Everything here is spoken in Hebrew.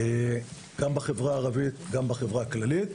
גם בחברה הערבית וגם בחברה הכללית.